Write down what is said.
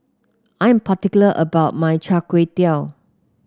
I'm particular about my Chai Tow Kuay